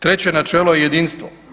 Treće načelo je jedinstvo.